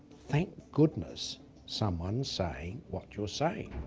thank goodness someone's saying what you're saying.